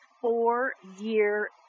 four-year